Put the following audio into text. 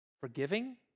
forgiving